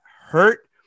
hurt